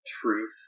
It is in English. truth